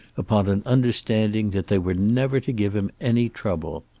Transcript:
upon an understanding that they were never to give him any trouble.